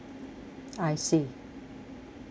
I see